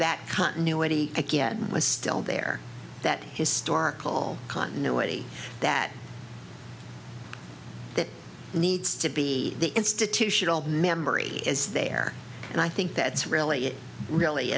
that continuity again was still there that historical continuity that that needs to be the institutional memory is there and i think that's really really